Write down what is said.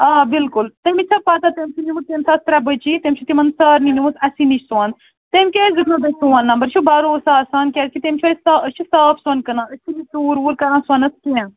آ بِلکُل تٔمِس چھےٚ پتاہ تٔمۍ چھُ نیٛوٗمُت تٔمِس آسہٕ ترٛےٚ بچی تٔمۍ چھُو تِمَن سارِنٕے نیٛوٗمُت اَسی نِش سۄن تٔمۍ کیٛازِ دیوتنَو تۄہہِ سون نمبر یہِ چھُ بروسہٕ آسان کیٛازِ کہِ تٔمۍ چھِ أسۍ أسۍ چھِ صاف سۄن کٕنان أسۍ چھِنہٕ ژور ووٗر کران سۄنَس کیٚنٛہہ